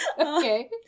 Okay